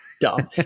Dumb